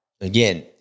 again